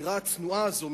הדירה הצנועה הזאת,